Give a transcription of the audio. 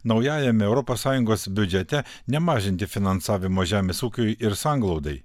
naujajame europos sąjungos biudžete nemažinti finansavimo žemės ūkiui ir sanglaudai